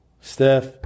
Steph